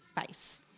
face